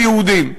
היהודים.